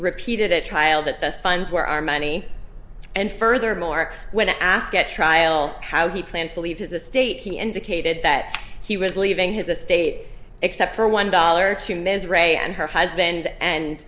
repeated at trial that the funds were our money and furthermore when asked at trial how he planned to leave his estate he indicated that he was leaving his estate except for one dollar to mrs ray and her husband and